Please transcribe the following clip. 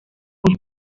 con